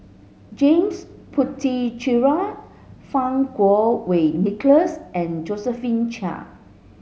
James Puthucheary Fang Kuo Wei Nicholas and Josephine Chia